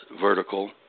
vertical